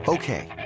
Okay